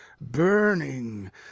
burning